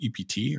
EPT